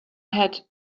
had